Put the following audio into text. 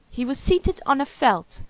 he was seated on a felt,